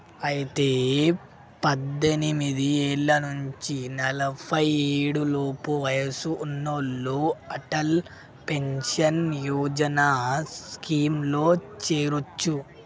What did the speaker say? అయితే పద్దెనిమిది ఏళ్ల నుంచి నలఫై ఏడు లోపు వయసు ఉన్నోళ్లు అటల్ పెన్షన్ యోజన స్కీమ్ లో చేరొచ్చు